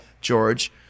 George